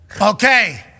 Okay